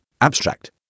Abstract